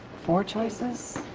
four choices.